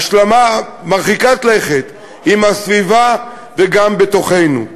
השלמה מרחיקת לכת עם הסביבה וגם בתוכנו.